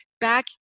back